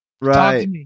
right